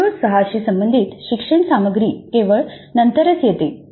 CO 6 शी संबंधित शिक्षण सामग्री केवळ नंतरच येते